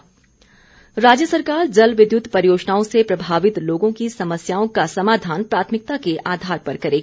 अनिल शर्मा राज्य सरकार जल विद्युत परियोजनाओं से प्रभावित लोगों की समस्याओं का समाधान प्राथमिकता के आधार पर करेगी